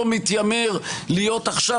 אני לא מתיימר להיות עכשיו,